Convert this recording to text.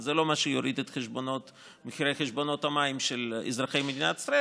זה לא מה שיוריד את מחירי חשבונות המים של אזרחי מדינת ישראל,